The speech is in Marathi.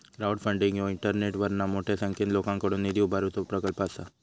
क्राउडफंडिंग ह्यो इंटरनेटवरना मोठ्या संख्येन लोकांकडुन निधी उभारुचो प्रकल्प असा